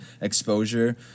exposure